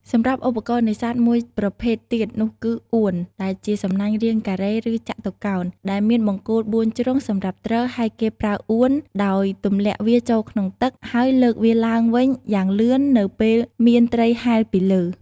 សម្រាប់់ឧបករណ៍នេសាទមួយប្រភេទទៀតនោះគឺ អួន ដែលជាសំណាញ់រាងការ៉េ ឬចតុកោណដែលមានបង្គោលបួនជ្រុងសម្រាប់ទ្រ ហើយគេប្រើ អួន ដោយទម្លាក់វាចូលក្នុងទឹក ហើយលើកវាឡើងវិញយ៉ាងលឿននៅពេលមានត្រីហែលពីលើ។